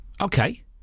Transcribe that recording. Okay